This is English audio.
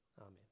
Amen